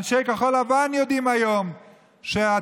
אנשי כחול לבן יודעים היום שהציבור,